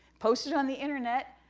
posted on the internet,